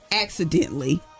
accidentally